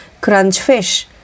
Crunchfish